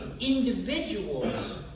individuals